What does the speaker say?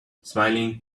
smiling